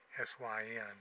S-Y-N